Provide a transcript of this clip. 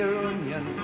union